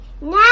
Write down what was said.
Now